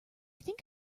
think